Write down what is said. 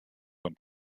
from